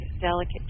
delicate